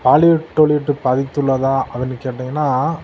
Hollywood Tollywood பாதித்துள்ளதா அப்படின்னு கேட்டிங்கன்னா